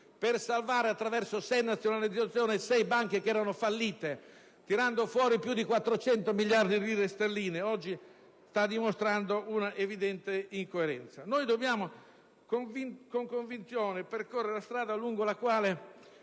per salvare, attraverso sei nazionalizzazioni, sei banche che erano fallite, tirando fuori più di 400 miliardi di lire sterline), oggi sta dimostrando una evidente incoerenza. Noi dobbiamo percorrere con convinzione la strada lungo la quale